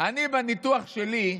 בניתוח שלי,